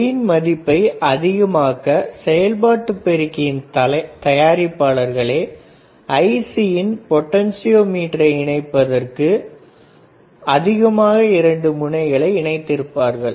gain மதிப்பை அதிகமாக்க செயல்பாட்டு பெருக்கியின் தயாரிப்பாளர்களே ICயில் பொட்டன்ஷியோமீட்டரை இணைப்பதற்கு அதிகமாக இரண்டு முனைகளை இணைத்து இருப்பார்கள்